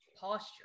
posture